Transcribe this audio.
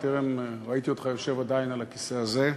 טרם ראיתי אותך יושב, עדיין, על הכיסא הזה.